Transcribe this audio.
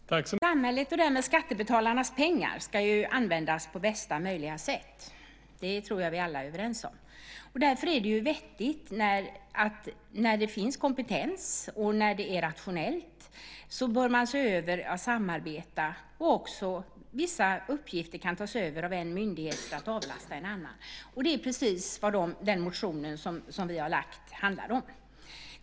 Fru talman! Samhällets, och därmed skattebetalarnas, pengar ska ju användas på bästa sätt. Det tror jag att vi alla är överens om. Därför är det ju vettigt att man, när det finns kompetens och när det är rationellt, ser över möjligheten att samarbeta. Vissa uppgifter kan tas över av en myndighet för att avlasta en annan. Det är precis vad den motion som vi har lagt fram handlar om.